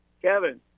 Kevin